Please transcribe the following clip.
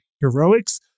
heroics